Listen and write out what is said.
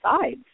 sides